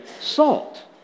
salt